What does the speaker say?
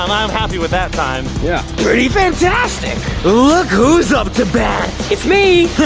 um i am happy with that time. yeah. pretty fantastic. look who's up to bat. it's me.